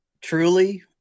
truly